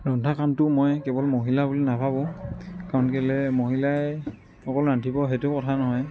ৰন্ধা কামটো মই কেৱল মহিলাৰ বুলি নাভাবোঁ কাৰণ কেলে মহিলাই অকল ৰান্ধিব সেইটো কথা নহয়